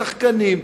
השחקנים.